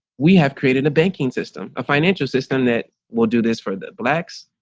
we have created a banking system, a financial system that will do this for the blacks,